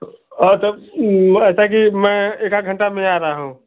और जब ऐसा कि मैं एक आद घंटा में आ रहा हूँ